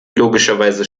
logischerweise